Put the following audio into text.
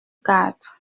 quatre